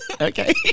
okay